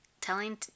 telling